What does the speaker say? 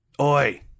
Oi